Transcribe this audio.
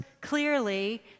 clearly